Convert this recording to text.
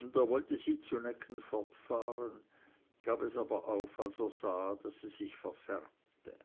und er wollte sie zu necken fortfahren gab es aber auf als er sah daß sie sich verfärbte